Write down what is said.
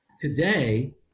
Today